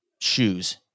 shoes